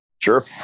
Sure